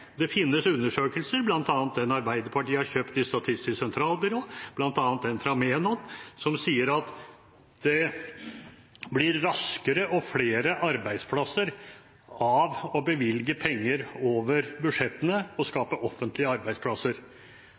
det finnes undersøkelser, bl.a. den Arbeiderpartiet har kjøpt av Statistisk sentralbyrå, bl.a. den fra Menon, som sier at det blir raskere flere arbeidsplasser av å bevilge penger over budsjettene og skape offentlige arbeidsplasser.